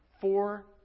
four